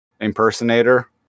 impersonator